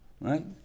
right